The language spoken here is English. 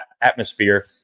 atmosphere